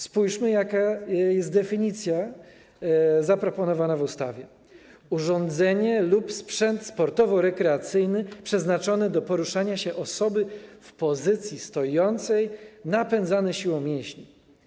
Spójrzmy, jaka jest definicja zaproponowana w ustawie: urządzenie lub sprzęt sportowo-rekreacyjny przeznaczone do poruszania się osoby w pozycji stojącej, napędzane siłą mięśni.